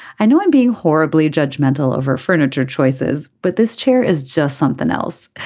i know i'm being horribly judgmental over furniture choices but this chair is just something else.